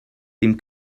dem